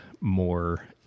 more